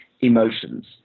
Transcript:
emotions